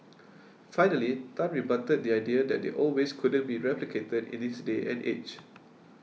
finally Tan rebutted the idea that the old ways couldn't be replicated in this day and age